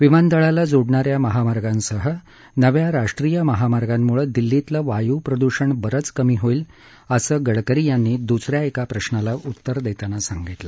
विमानतळाला जोडणाऱ्या महामार्गासह नव्या राष्ट्रीय महामार्गामुळे दिल्लीतलं वायू प्रदूषण बरंच कमी होईल असं गडकरी यांनी दुसऱ्या एका प्रशाला उत्तर देताना सांगितलं